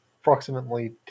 approximately